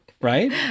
right